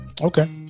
okay